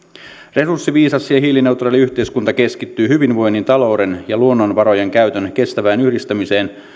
resurssiviisas ja ja hiilineutraali yhteiskunta keskittyy hyvinvoinnin talouden ja luonnonvarojen käytön kestävään yhdistämiseen